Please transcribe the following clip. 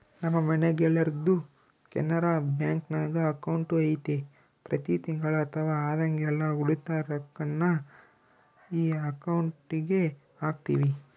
ನಮ್ಮ ಮನೆಗೆಲ್ಲರ್ದು ಕೆನರಾ ಬ್ಯಾಂಕ್ನಾಗ ಅಕೌಂಟು ಐತೆ ಪ್ರತಿ ತಿಂಗಳು ಅಥವಾ ಆದಾಗೆಲ್ಲ ಉಳಿದ ರೊಕ್ವನ್ನ ಈ ಅಕೌಂಟುಗೆಹಾಕ್ತಿವಿ